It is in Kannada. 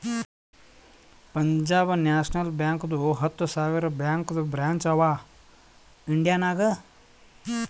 ಪಂಜಾಬ್ ನ್ಯಾಷನಲ್ ಬ್ಯಾಂಕ್ದು ಹತ್ತ ಸಾವಿರ ಬ್ಯಾಂಕದು ಬ್ರ್ಯಾಂಚ್ ಅವಾ ಇಂಡಿಯಾ ನಾಗ್